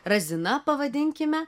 razina pavadinkime